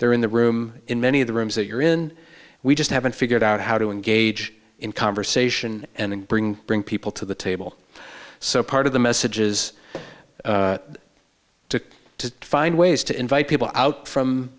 they're in the room in many of the rooms that you're in we just haven't figured out how to engage in conversation and bring bring people to the table so part of the messages to to find ways to invite people out from